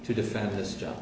to defend this job